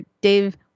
Dave